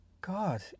God